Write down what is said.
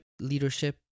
leadership